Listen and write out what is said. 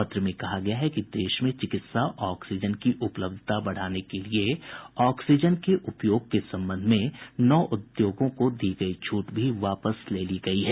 पत्र में कहा गया है कि देश में चिकित्सा ऑक्सीजन की उपलब्धता बढ़ाने के लिए ऑक्सीजन के उपयोग के संबंध में नौ उद्योगों को दी गई छूट भी वापस ले ली गई है